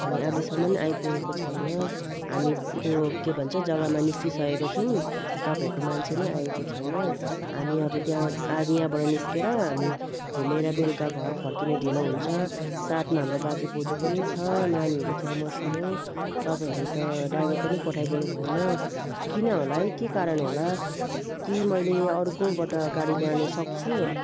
अनि अहिलेसम्म आइपुगेको छैन हामी त्यो के भन्छ जगामा निस्किसकेको छौँ तपाईँको मान्छे नै आएको छैन हामी अब त्यहाँ आज यहाँबाट निस्केर हामी घुमेर बेलुका घर फर्किने ढिलो हुन्छ साथमा हाम्रो बाजे बोजू पनि छ नानीहरू छ मसिनो तपाईँले त ड्राइभर पनि पठाइदिनु भएन किन होला है के कारण होला कि मैले अर्कोबाट गाडी ल्याउनु सक्छु